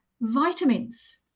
vitamins